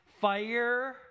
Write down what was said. fire